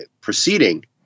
proceeding